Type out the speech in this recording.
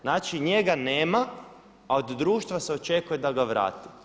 Znači njega nema, a od društva se očekuje da ga vrati.